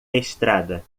estrada